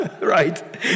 Right